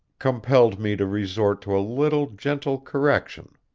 compelled me to resort to a little gentle correction.